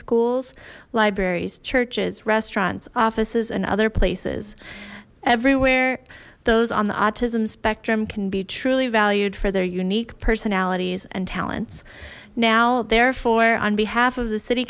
schools libraries churches restaurants offices and other places everywhere those on the autism spectrum can be truly valued for their unique personalities and talents now therefore on behalf of the city